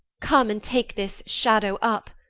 come, and take this shadow up,